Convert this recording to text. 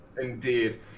indeed